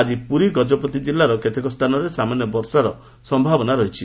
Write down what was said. ଆଜି ପୁରୀ ଓ ଗଙ୍ଗପତି ଜିଲ୍ଲାର କେତେକ ସ୍ଥାନରେ ସାମାନ୍ୟ ବର୍ଷାର ସୟାବନା ରହିଛି